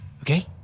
Okay